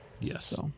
Yes